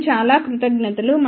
మీకు చాలా కృతజ్ఞతలు